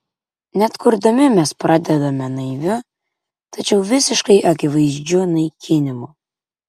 net kurdami mes pradedame naiviu tačiau visiškai akivaizdžiu naikinimu